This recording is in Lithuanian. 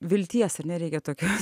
vilties ar ne reikia tokios